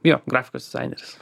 jo grafikos dizaineris